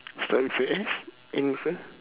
start with S end with a